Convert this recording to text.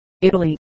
Italy